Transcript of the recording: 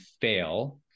fail